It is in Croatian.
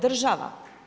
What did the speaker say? Država.